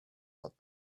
but